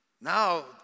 now